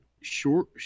short